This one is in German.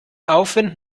aufwind